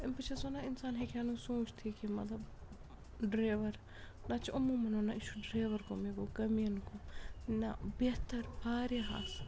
بہٕ چھَس وَنان اِنسان ہیٚکہِ ہہ نہٕ سوٗنٛچتھٕے کہِ مطلب ڈرٛیوَر نَہ تہٕ چھُ عموٗماً وَنان یہِ چھُ ڈرٛیوَر قوم یہِ گوٚو کمیٖن قوم نہ بہتر واریاہ اَصٕل